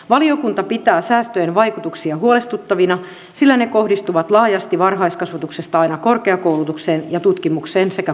valiokunta pitää säästöjen vaikutuksia huolestuttavina sillä ne kohdistuvat laajasti varhaiskasvatuksesta aina korkeakoulutukseen ja tutkimukseen sekä kulttuuriin